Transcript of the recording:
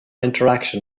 interaction